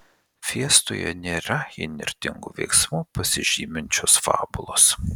fiestoje nėra įnirtingu veiksmu pasižyminčios fabulos